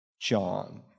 John